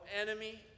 enemy